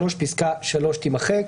פסקה (3) תימחק,